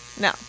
No